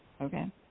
Okay